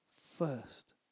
first